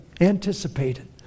Anticipated